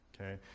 Okay